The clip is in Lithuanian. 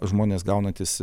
žmonės gaunantys